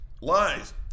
lies